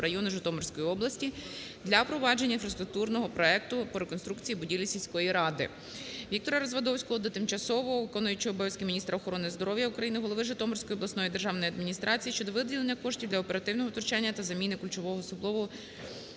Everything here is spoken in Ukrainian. району, Житомирської області для впровадження інфраструктурного проекту по реконструкції будівлі сільської ради. ВіктораРазвадовського до тимчасово виконуючої обов'язки міністра охорони здоров'я України, голови Житомирської обласної державної адміністрації щодо виділення коштів для оперативного втручання та заміни кульшового суглобу